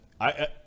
I-